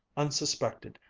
unsuspected,